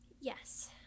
Yes